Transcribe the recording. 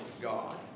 God